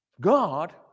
God